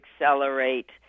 accelerate